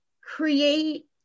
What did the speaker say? create